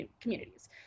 communities